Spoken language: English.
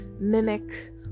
mimic